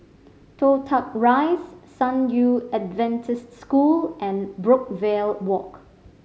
Toh Tuck Rise San Yu Adventist School and Brookvale Walk